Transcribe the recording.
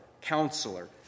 Counselor